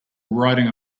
riding